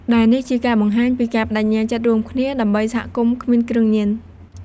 ដែលនេះជាការបង្ហាញពីការប្តេជ្ញាចិត្តរួមគ្នា ដើម្បីសហគមន៍គ្មានគ្រឿងញៀន។